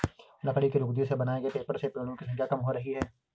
लकड़ी की लुगदी से बनाए गए पेपर से पेङो की संख्या कम हो रही है